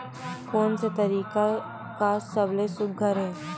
कोन से तरीका का सबले सुघ्घर हे?